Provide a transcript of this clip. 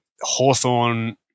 Hawthorne